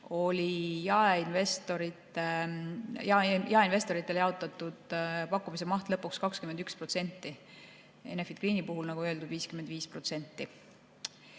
oli jaeinvestoritele jaotatud pakkumise maht lõpuks 21%. Enefit Greeni puhul, nagu öeldud,